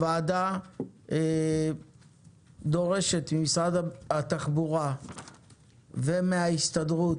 הוועדה דורשת ממשרד התחבורה ומההסתדרות,